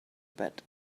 bed